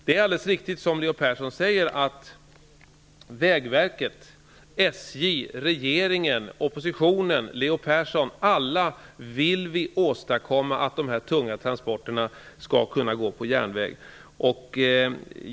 Det är riktigt, som Leo Persson säger, att vi alla -- strävar efter att dessa tunga transporter skall kunna gå på järnväg.